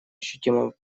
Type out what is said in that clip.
ощутимого